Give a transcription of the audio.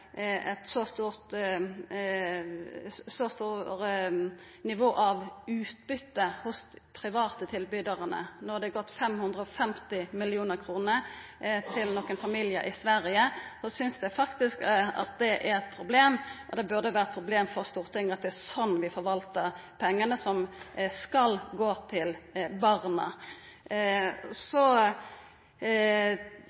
eit så høgt nivå av utbytte hos dei private tilbydarane. Når det er gått 550 mill. kr til nokre familiar i Sverige, så synest eg faktisk at det er eit problem, og det burde vera eit problem for Stortinget at det er slik vi forvaltar pengane som skal gå til barna.